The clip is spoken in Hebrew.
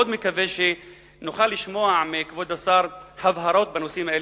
אני מאוד מקווה שנוכל לשמוע מכבוד השר הבהרות בנושאים האלה.